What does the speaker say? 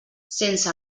sense